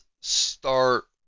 start